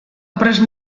prest